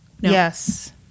Yes